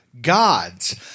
gods